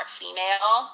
female